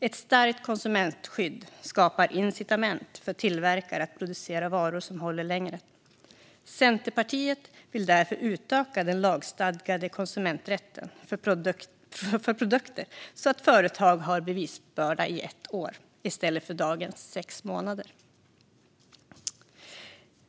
Ett starkt konsumentskydd skapar incitament för tillverkare att producera varor som håller längre. Centerpartiet vill därför utöka den lagstadgade konsumenträtten för produkter så att företag har bevisbördan i ett år i stället för dagens sex månader.